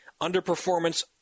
underperformance